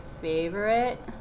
favorite